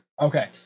okay